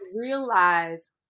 realize